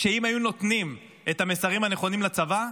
שאם היו נותנים את המסרים הנכונים לצבא,